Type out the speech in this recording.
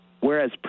whereas